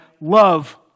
love